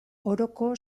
oroko